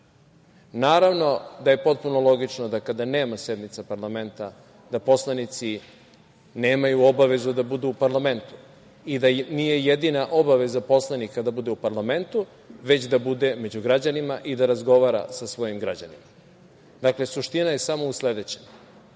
da je potpuno logično da kada nema sednica parlamenta da poslanici nemaju obavezu da budu u parlamentu i da nije jedina obaveza poslanika da bude u parlamentu, već da bude među građanima i da razgovara sa svojim građanima. Dakle, suština je samo u sledećem.